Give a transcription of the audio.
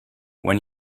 when